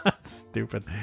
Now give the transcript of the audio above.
stupid